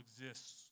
exists